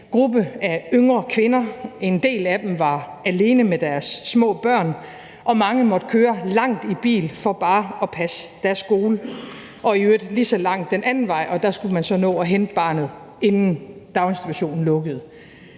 gruppe yngre kvinder, en del af dem var alene med deres små børn, og mange måtte køre langt i bil for bare at passe deres skole og i øvrigt lige så langt den anden vej, og der skulle man så nå at hente barnet, inden daginstitutionen lukkede.